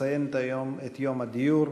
יום הדיור,